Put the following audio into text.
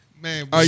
man